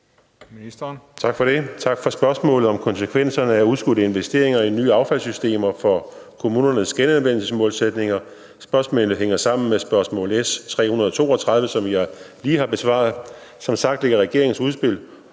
Tak for det. Tak for spørgsmålet om konsekvenserne af udskudte investeringer i nye affaldssystemer for kommunernes genanvendelsesmålsætninger. Spørgsmålet hænger sammen med spørgsmål S 332, som jeg lige har besvaret. Som sagt lægger regeringens udspil